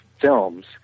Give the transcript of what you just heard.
films